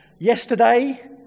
yesterday